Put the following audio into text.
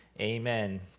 amen